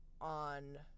on